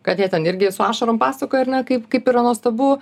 kad jie ten irgi su ašarom pasakoja ar ne kaip kaip yra nuostabu